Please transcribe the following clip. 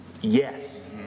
Yes